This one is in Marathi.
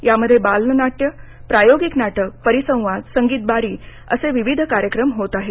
यामध्ये बाल नाट्य प्रायोगिक नाटक परिसंवाद संगीत बारी असे विविध कार्यक्रम होत आहेत